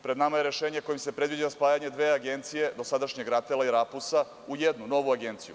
Pred nama je rešenje kojim se predviđa spajanje dve agencije, dosadašnjeg RATEL-a i RAPUS-a u jednu novu agenciju.